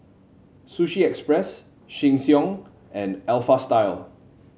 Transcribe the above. Sushi Express Sheng Siong and Alpha Style